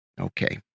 Okay